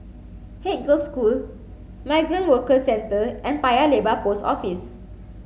Haig Girls' School Migrant Workers Centre and Paya Lebar Post Office